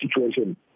situation